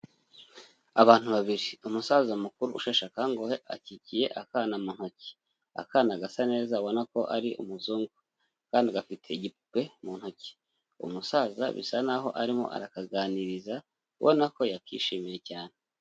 Abantu babiri. Umusaza mukuru usheshe akanguhe akikiye akana mu ntoki. Akana gasa neza abona ko ari umuzungu. Akana gafite igipupe mu ntoki. Umusaza bisa naho arimo arakaganiriza ubona ko yakishimiye cyane.